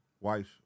wife